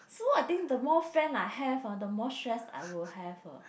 so I think the more friends I have ah the more stress I would have